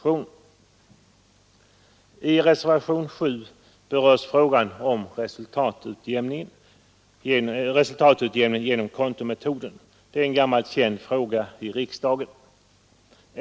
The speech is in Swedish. I reservationen 7 berörs frågan om resultatutjämning genom kontometoden, en gammal känd fråga i riksdagen.